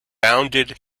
bounded